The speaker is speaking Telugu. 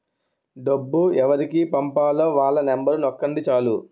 డబ్బు ఎవరికి పంపాలో వాళ్ళ నెంబరు నొక్కండి చాలు